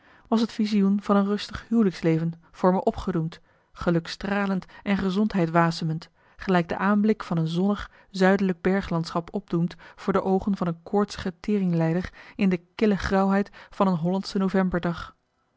was het visioen van een rustig huwelijksleven voor me opgedoemd gelukstralend en gezondheid wasemend gelijk de aanblik van een zonnig zuidelijk berglandschap opdoemt voor de oogen van een koortsige teringlijder in de kille grauwheid van een hollandsche novemberdag